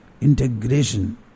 integration